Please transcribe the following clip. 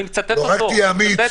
לצורך העניין